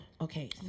okay